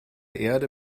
erde